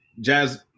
jazz